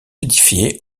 édifiés